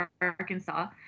Arkansas